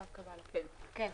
כן.